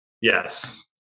Yes